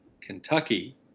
Kentucky